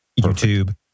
YouTube